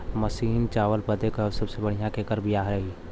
महीन चावल बदे सबसे बढ़िया केकर बिया रही?